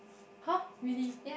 !huh! really